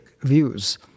views